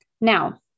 Now